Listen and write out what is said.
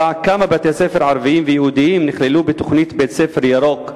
4. כמה בתי-ספר ערביים ויהודיים נכללו בתוכנית "בית-ספר ירוק"